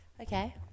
Okay